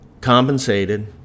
compensated